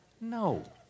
No